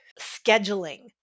scheduling